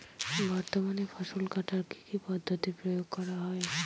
বর্তমানে ফসল কাটার কি কি পদ্ধতি প্রয়োগ করা হয়?